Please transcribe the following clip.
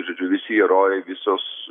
žodžiu visi herojai visos